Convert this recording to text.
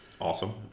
Awesome